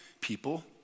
people